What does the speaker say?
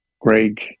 Greg